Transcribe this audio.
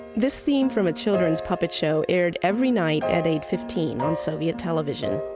this theme from a children's puppet show aired every night at eight fifteen on soviet television.